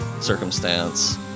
circumstance